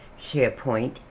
SharePoint